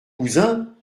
cousin